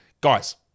guys